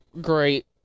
great